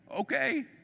Okay